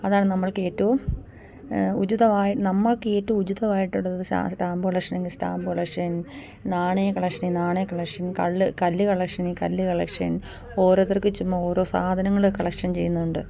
അതാണ് നമ്മൾക്ക് ഏറ്റവും ഉചിതമായി നമ്മൾക്ക് ഏറ്റവും ഉചിതമായിട്ടുള്ളത് സാ സ്റ്റാമ്പ് കളക്ഷനെങ്കിൽ സ്റ്റാമ്പ് കളക്ഷൻ നാണയ കളക്ഷനെ നാണയ കളക്ഷൻ കള്ള് കല്ല് കളക്ഷനേ കല്ല് കളക്ഷൻ ഓരോരുത്തർക്ക് ചുമ്മാ ഓരോ സാധനങ്ങൾ കളക്ഷൻ ചെയ്യുന്നുണ്ട്